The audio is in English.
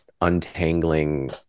untangling